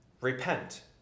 repent